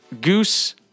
Goose